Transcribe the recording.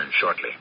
shortly